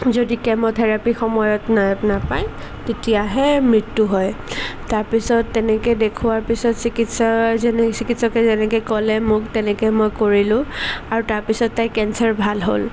যদি কেম'থেৰাপী সময়ত না নাপায় তেতিয়াহে মৃত্যু হয় তাৰপিছত তেনেকৈ দেখুৱাৰ পিছত চিকিৎসা যেন চিকিৎসকে যেনেকৈ ক'লে মোক মই তেনেকৈ কৰিলোঁ আৰু তাৰপিছত তাইৰ কেঞ্চাৰ ভাল হ'ল